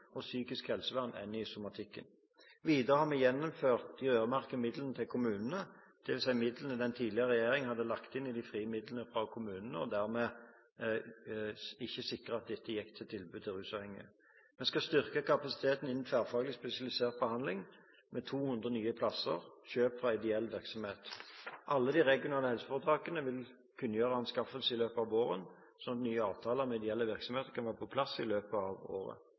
og psykisk helsevern enn i somatikken. Videre har vi gjeninnført de øremerkede midlene til kommunene, dvs. midlene som den tidligere regjeringen hadde lagt inn i de frie midlene til kommunene, og dermed ikke sikret at dette gikk til tilbudet til rusavhengige. Vi skal styrke kapasiteten innen tverrfaglig spesialisert behandling med 200 nye plasser kjøpt fra ideelle virksomheter. Alle de regionale helseforetakene vil kunngjøre anskaffelser i løpet av våren slik at nye avtaler med ideelle virksomheter kan være på plass i løpet av året.